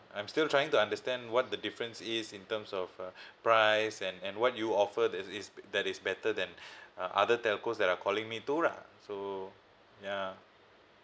I'm still trying to understand what the difference is in terms of uh price and and what you offer that is that is better than uh other telcos that are calling me too lah so ya